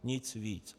Nic víc.